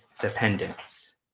dependence